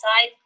side